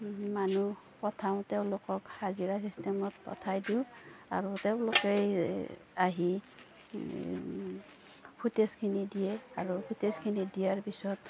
মানুহ পঠাওঁ তেওঁলোকক হাজিৰা চিষ্টেমত পঠাই দিওঁ আৰু তেওঁলোকে আহি ফুটেজখিনি দিয়ে আৰু ফুটেজখিনি দিয়াৰ পিছত